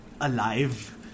alive